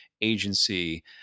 agency